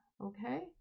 Okay